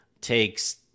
takes